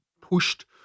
pushed